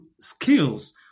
skills